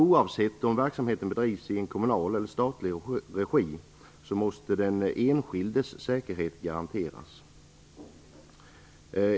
Oavsett om verksamheten bedrivs i kommunal eller i statlig regi måste den enskildes säkerhet garanteras.